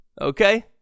Okay